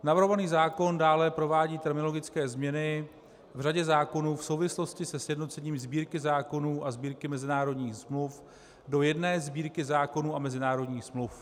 Navrhovaný zákon dále provádí terminologické změny v řadě zákonů v souvislosti se sjednocením Sbírky zákonů a Sbírky mezinárodních smluv do jedné Sbírky zákonů a mezinárodních smluv.